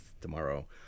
tomorrow